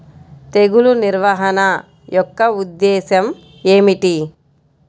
తెగులు నిర్వహణ యొక్క ఉద్దేశం ఏమిటి?